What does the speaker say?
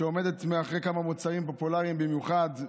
שעומדת מאחורי כמה מוצרים פופולריים במיוחד,